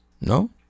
No